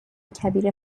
کبیر